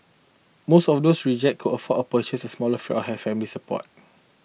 most of those reject could afford of purchase a small flat or had family support